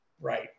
Right